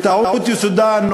בטעות יסודם,